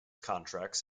contracts